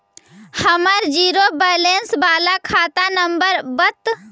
हमर zero balance बाला खाता नम्बर बत?